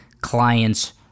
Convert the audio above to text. clients